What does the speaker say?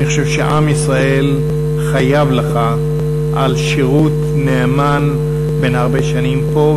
אני חושב שעם ישראל חייב לך על שירות נאמן בן הרבה שנים פה.